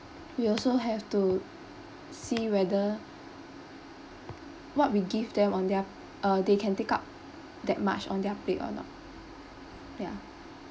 you also have to see whether what we give them on their uh they can take up that much on their plate or not ya